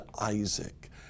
Isaac